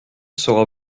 sera